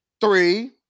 Three